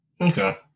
Okay